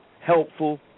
helpful